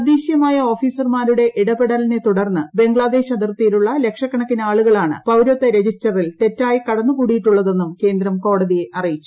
തദ്ദേശീയമായ ഓഫീസർമാരുടെ ഇടപെടലിനെ തുടർന്ന് ബംഗ്ലാദേശ് അതിർത്തിയിലുള്ള ലക്ഷക്കണക്കിന് ആളുകളാണ് പൌരത്വ രജിസ്റ്ററിൽ തെറ്റായി കടന്നുകൂടിയിട്ടുള്ളതെന്നും കേന്ദ്രം കോടതിയെ അറിയിച്ചു